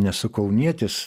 nesu kaunietis